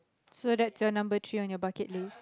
so that's your number three on your bucket list